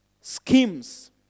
schemes